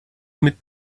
mit